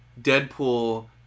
Deadpool